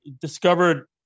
discovered